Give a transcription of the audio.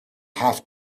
have